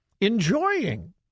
Enjoying